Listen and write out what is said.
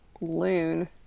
loon